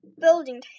Building